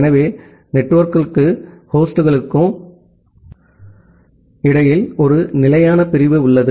எனவே நெட்வொர்க்குக்கும் ஹோஸ்டுக்கும் இடையில் ஒரு நிலையான பிரிவு உள்ளது